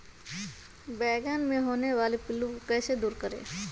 बैंगन मे होने वाले पिल्लू को कैसे दूर करें?